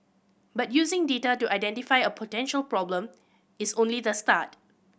but using data to identify a potential problem is only the start